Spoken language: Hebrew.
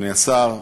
אדוני השר,